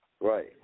right